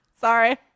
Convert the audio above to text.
Sorry